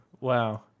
Wow